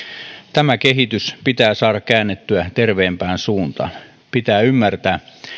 tämä kehitys pitää saada käännettyä terveempään suuntaan pitää ymmärtää